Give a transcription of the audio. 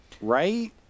Right